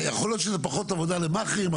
יכול להיות שזה פחות עבודה למאכערים ,